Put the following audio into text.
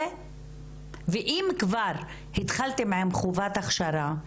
ואם כבר התחלתם עם חובת הכשרה,